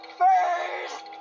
first